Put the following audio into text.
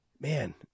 man